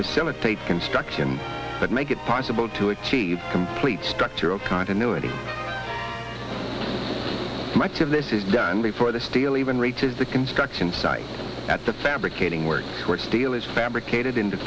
facilitate construction but make it possible to achieve complete structural continuity much of this is done before the steel even reaches the construction site at the fabricating works where steel is fabricated into